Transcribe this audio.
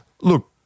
Look